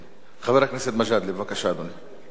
חבר הכנסת מג'אדלה, בבקשה, אדוני.